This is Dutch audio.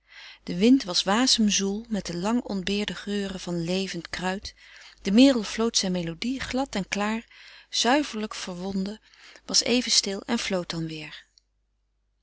de wind was wasemzoel met de lang ontbeerde geuren van levend kruid de meerl floot zijn melodie glad en klaar zuiverlijk verwonden was even stil en floot dan weer